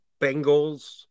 Bengals